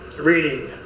reading